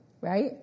right